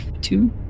two